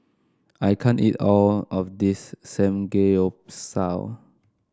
I can't eat all of this Samgeyopsal